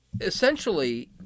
essentially